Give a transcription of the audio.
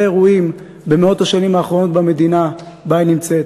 אירועים במאות השנים האחרונות במדינה שבה היא נמצאת,